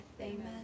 Amen